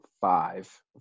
five